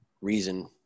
reason